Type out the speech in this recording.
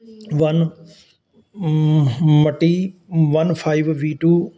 one ਮਟੀ one five V to